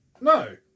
No